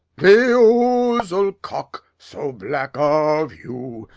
the ousel cock, so black of hue,